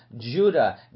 Judah